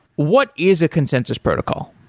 what is a consensus protocol?